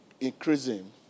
increasing